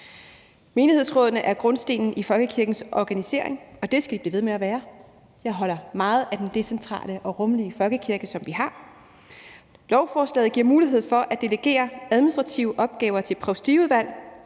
Menighedsrådene er grundstenen i folkekirkens organisering, og det skal de blive ved med at være. Jeg holder meget af den decentrale og rummelige folkekirke, som vi har. Lovforslaget giver mulighed for at delegere administrative opgaver til provstiudvalg